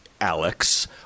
Alex